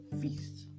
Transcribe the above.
feast